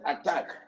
attack